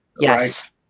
Yes